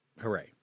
Hooray